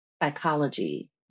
psychology